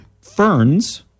Ferns